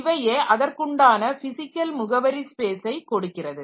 இவையே அதற்குண்டான பிசிக்கல் முகவரி ஸ்பேஸ்ஸை கொடுக்கிறது